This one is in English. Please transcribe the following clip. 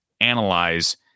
analyze